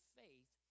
faith